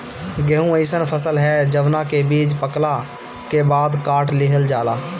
गेंहू अइसन फसल ह जवना के बीज पकला के बाद काट लिहल जाला